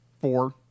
Four